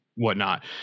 whatnot